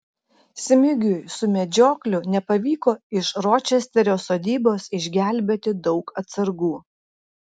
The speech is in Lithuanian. smigiui su medžiokliu nepavyko iš ročesterio sodybos išgelbėti daug atsargų